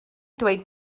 dweud